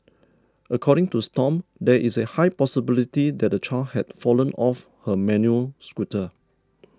according to Stomp there is a high possibility that the child had fallen off her manual scooter